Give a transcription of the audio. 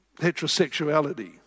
heterosexuality